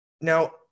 Now